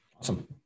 Awesome